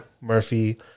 Murphy